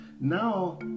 now